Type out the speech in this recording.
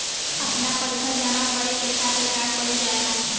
आपन पइसा जमा करे के खातिर का कइल जाइ?